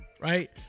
right